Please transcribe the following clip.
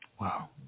Wow